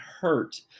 hurt